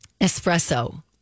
Espresso